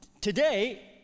today